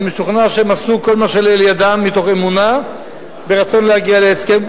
אני משוכנע שהם עשו כל מה שלאל ידם מתוך אמונה ורצון להגיע להסכם,